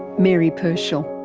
mary pershall.